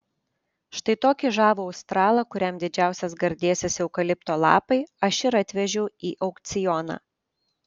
štai tokį žavų australą kuriam didžiausias gardėsis eukalipto lapai aš ir atvežiau į aukcioną